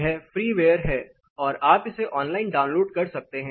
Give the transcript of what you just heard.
यह फ्रीवेयर है और आप इसे ऑनलाइन डाउनलोड कर सकते हैं